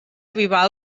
avivar